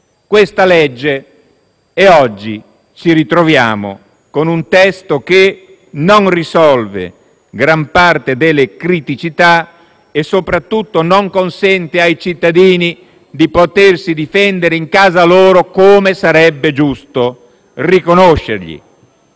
questa legge e oggi ci ritroviamo con un testo che non risolve gran parte delle criticità e soprattutto non consente ai cittadini di potersi difendere in casa propria, come sarebbe giusto riconoscergli.